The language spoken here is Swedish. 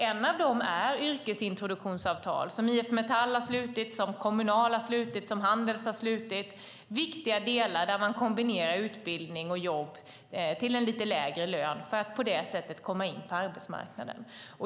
En är de yrkesintroduktionsavtal som IF Metall har slutit, som Kommunal har slutit, som Handels har slutit. Det är viktiga delar där man, till en lite lägre lön, kombinerar utbildning och jobb för att på det sättet komma in på arbetsmarknaden.